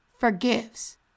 forgives